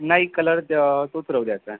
नाही कलर त्य तोच राहू दे आता